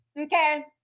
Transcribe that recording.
Okay